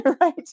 right